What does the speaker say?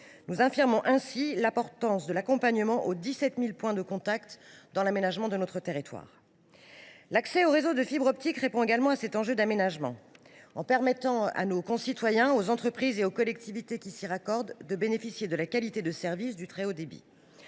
nous affirmons l’importance des 17 000 points de contact dans l’aménagement de notre territoire. L’accès aux réseaux de fibre optique répond également à cet enjeu d’aménagement, en permettant à nos concitoyens, aux entreprises et aux collectivités qui s’y raccordent de bénéficier de la qualité de service du très haut débit.